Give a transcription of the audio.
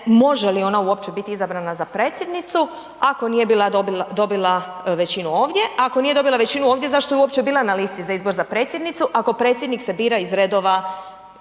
može li ona uopće biti izabrana za predsjednicu ako nije dobila većinu ovdje, ako nije dobila većinu ovdje, zašto je uopće bila na listi za izbor za predsjednicu ako predsjednik se bira iz redova